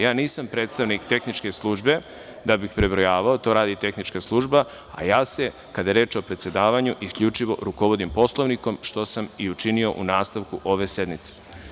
Ja nisam predstavnik tehničke službe da bih prebrojavao, to radi tehnička služba, a ja se, kada je reč o predsedavanju, isključivo rukovodim Poslovnikom, što sam i učinio u nastavku ove sednice.